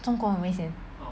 中国很危险